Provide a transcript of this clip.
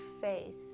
faith